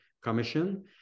Commission